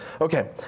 Okay